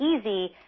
easy